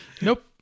Nope